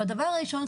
הדבר הראשון,